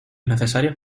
necesarios